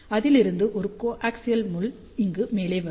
அதிலிருந்து ஒரு கோஆக்சியல் முள் இங்கு மேலே வரும்